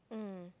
mm